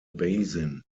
basin